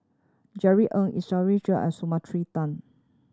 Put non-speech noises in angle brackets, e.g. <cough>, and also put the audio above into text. Jerry Ng <unintelligible> and <unintelligible> Tan